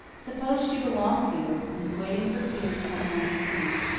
suppose she belonged here, and was waiting for peter to come home to tea.